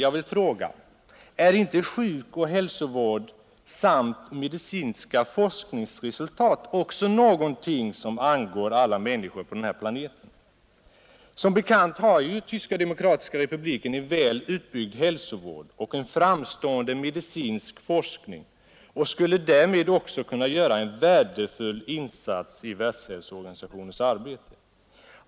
Jag vill fråga: Är inte sjukoch hälsovård samt medicinska forskningsresultat också någonting som angår alla människor på den här planeten? Som bekant har just TDR en väl utbyggd hälsovård och en framstående medicinsk forskning och skulle därmed också kunna göra en värdefull insats i WHO:s arbete.